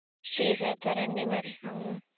తీసేస్తారండి మరి అవును